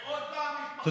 עוד פעם מתמחים יבואו.